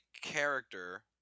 character